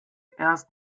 erst